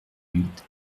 huit